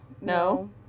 no